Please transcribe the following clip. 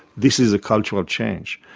this is a cultural change.